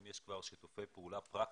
האם יש כבר שיתופי פעולה פרקטיים?